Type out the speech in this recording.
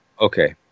Okay